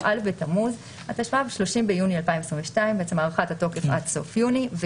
א' בתמוז התשפ"ב (30 ביוני 2022). בעצם הארכת התוקף עד סוף יוני.